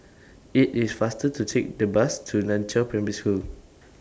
IT IS faster to Take The Bus to NAN Chiau Primary School